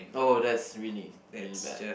oh that's really really bad